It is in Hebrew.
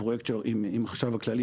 עם החשב הכללי,